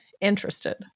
interested